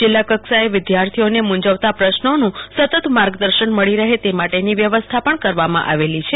જિલ્લા કક્ષાએ વિદ્યાર્થીઓને મૂંઝવતા પ્રશ્નોનું સતત માર્ગદર્શન મળી રહે તે માટેની વ્ય્વસ્થા પણ કરવામાં આવેલી છે